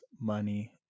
money